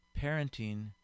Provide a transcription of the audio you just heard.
parenting